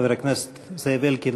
חבר הכנסת זאב אלקין,